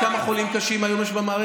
את יודעת כמה חולים קשים יש היום במערכת?